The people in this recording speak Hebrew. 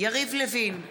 יריב לוין,